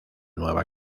nueva